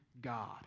God